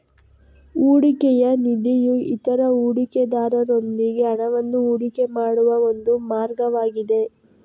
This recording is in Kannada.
ಹೂಡಿಕೆಯ ನಿಧಿಯು ಇತರ ಹೂಡಿಕೆದಾರರೊಂದಿಗೆ ಹಣವನ್ನು ಹೂಡಿಕೆ ಮಾಡುವ ಒಂದು ಮಾರ್ಗವಾಗಿದೆ